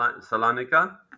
Salonika